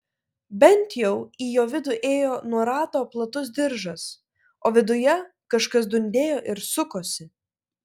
bent jau į jo vidų ėjo nuo rato platus diržas o viduje kažkas dundėjo ir sukosi